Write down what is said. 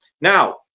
now